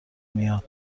میاد